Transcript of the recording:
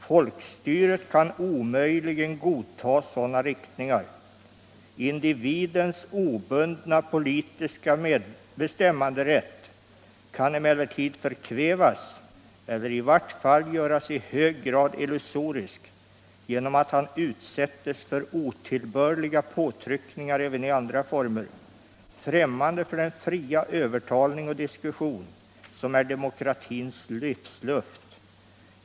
Folkstyret kan omöjligen godtaga sådana riktningar. Individens obundna, politiska bestämmanderätt kan emellertid förkvävas eller i vart fall göras i hög grad illusorisk genom att han utsättes för otillbörliga påtryckningar även i andra former, främmande för den fria övertalning och diskussion, som äro demokratins livsluft.